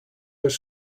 was